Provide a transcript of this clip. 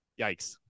Yikes